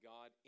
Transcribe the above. God